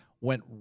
went